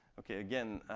ok, again,